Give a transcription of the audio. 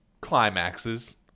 climaxes